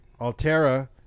Altera